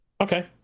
Okay